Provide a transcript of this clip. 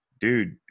dude